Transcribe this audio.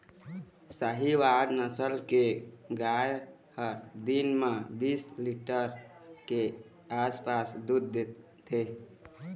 साहीवाल नसल के गाय ह दिन म बीस लीटर के आसपास दूद देथे